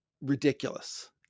ridiculous